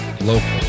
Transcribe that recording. local